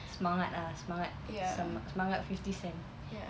semangat ah semangat sem~ semangat fifty cent